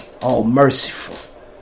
all-merciful